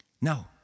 No